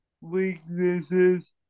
weaknesses